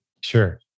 Sure